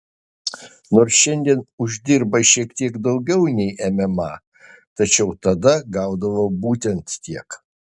nors šiandien uždirba šiek tiek daugiau nei mma tačiau tada gaudavo būtent tiek